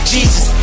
Jesus